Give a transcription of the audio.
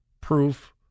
proof